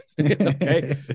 okay